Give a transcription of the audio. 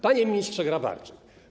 Panie Ministrze Grabarczyk!